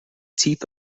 teeth